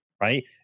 Right